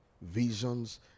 visions